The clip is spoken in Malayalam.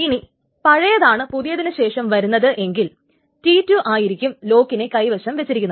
ഇനി പഴയതാണ് പുതിയതിനു ശേഷം വരുന്നത് എങ്കിൽ T2 ആയിരിക്കും ലോക്കിനെ കൈവശം വച്ചിരിക്കുന്നത്